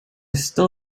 still